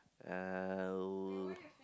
uh